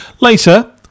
Later